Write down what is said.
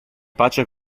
pace